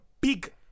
big